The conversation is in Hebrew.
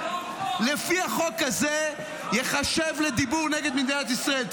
לפי החוק הזה ייחשב לדיבור נגד מדינת ישראל.